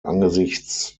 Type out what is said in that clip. angesichts